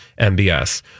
MBS